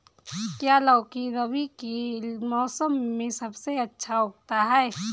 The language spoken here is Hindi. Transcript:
क्या लौकी रबी के मौसम में सबसे अच्छा उगता है?